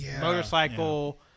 motorcycle